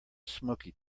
smoky